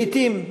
לעתים,